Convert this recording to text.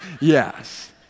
yes